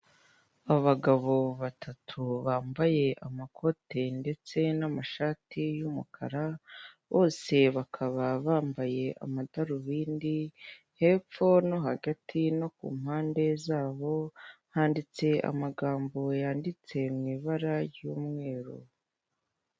Abagabo batatu bambaye amakoti ndetse n'amashati y'umukara bose bakaba bambaye amadarubindi, hepfo no hagati no ku mpande zabo handitse amagambo yanditse mu ibara ry'umweru.